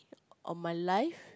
on my life